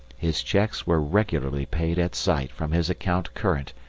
his cheques were regularly paid at sight from his account current,